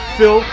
Phil